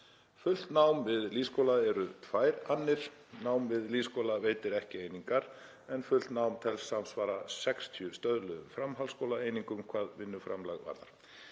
Fullt nám við lýðskóla eru tvær annir. Nám við lýðskóla veitir ekki einingar en fullt nám telst samsvara 60 stöðluðum framhaldsskólaeiningum hvað vinnuframlag varðar.